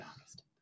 August